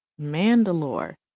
mandalore